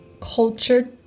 cultured